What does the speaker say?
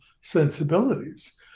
sensibilities